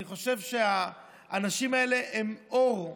אני חושב שהאנשים האלה הם אור.